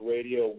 Radio